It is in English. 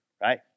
right